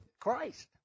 christ